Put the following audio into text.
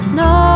no